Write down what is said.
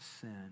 sin